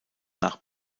nach